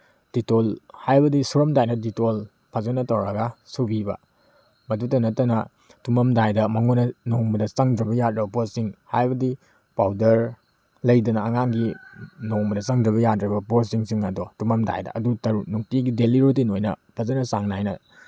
Dettol ꯍꯥꯏꯕꯗꯤ ꯁꯨꯔꯝꯗꯥꯏꯗ Dettol ꯐꯖꯅ ꯇꯧꯔꯒ ꯁꯨꯕꯤꯕ ꯃꯗꯨꯗ ꯅꯠꯇꯅ ꯇꯨꯝꯃꯝꯗꯥꯏꯗ ꯃꯉꯣꯟꯗ ꯅꯣꯡꯃꯗ ꯆꯪꯗ꯭ꯔꯕ ꯌꯥꯗ꯭ꯔꯕ ꯄꯣꯠꯁꯤꯡ ꯍꯥꯏꯕꯗꯤ ꯄꯥꯎꯗꯔ ꯂꯩꯗꯅ ꯑꯉꯥꯡꯒꯤ ꯅꯣꯡꯃꯗ ꯆꯪꯗ꯭ꯔꯕ ꯌꯥꯗ꯭ꯔꯕ ꯄꯣꯠꯁꯤꯡꯁꯤꯡ ꯑꯗꯣ ꯇꯨꯝꯃꯝꯗꯥꯏꯗ ꯑꯗꯨ ꯅꯨꯡꯇꯤꯒꯤ ꯗꯦꯂꯤ ꯔꯨꯇꯤꯟ ꯑꯣꯏꯅ ꯐꯖꯅ ꯆꯥꯡ ꯅꯥꯏꯅ